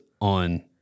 on